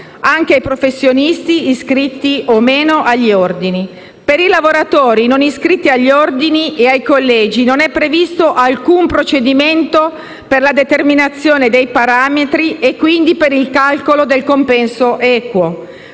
anche ai professionisti iscritti o meno agli ordini. Per i lavoratori non iscritti agli ordini e ai collegi non è previsto alcun procedimento per la determinazione dei parametri e, quindi, per il calcolo del compenso equo,